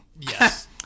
yes